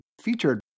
featured